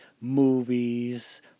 movies